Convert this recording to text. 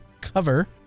cover